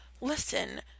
listen